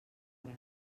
hora